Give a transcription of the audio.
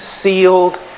sealed